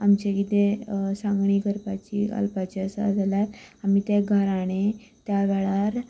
आमची कितेंय सांगणी करपाची घालपाची आसा जाल्यार आमी तें गाराणें त्या वेळार